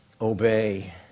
obey